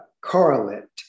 correlate